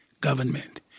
government